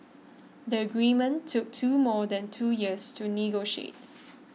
the agreement took two more than two years to negotiate